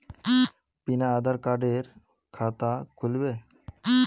बिना आधार कार्डेर खाता खुल बे?